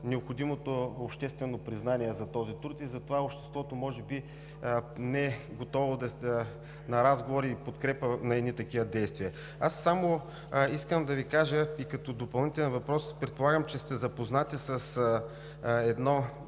необходимото обществено признание за този труд, затова обществото може би не е готово на разговори и подкрепа на едни такива действия. Аз само искам да Ви кажа, и като допълнителен въпрос, предполагам, че сте запознати с едно